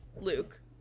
Luke